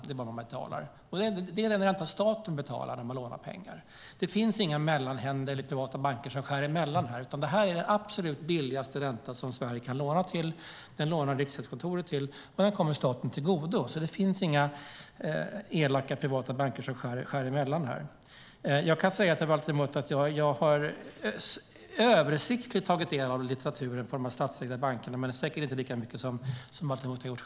Det är vad de betalar. Det är den ränta som staten betalar när man lånar pengar. Det finns inga mellanhänder i privata banker som skär emellan här, utan detta är den absolut lägsta ränta som Sverige kan få när man lånar pengar. Det är den ränta som Riksgäldskontoret får när man lånar pengar, och den kommer staten till godo. Det finns inga elaka privata banker som skär emellan här. Jag kan säga till Valter Mutt att jag översiktligt har tagit del av litteraturen om dessa statsägda banker men säkert inte lika mycket som Valter Mutt har gjort.